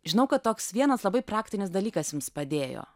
žinau kad toks vienas labai praktinis dalykas jums padėjo